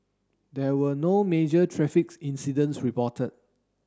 there were no major traffic incidents reported